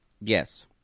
yes